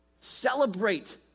Celebrate